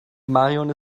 marion